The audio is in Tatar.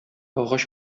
агач